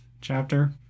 chapter